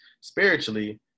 spiritually